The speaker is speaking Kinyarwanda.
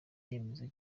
yemeza